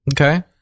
Okay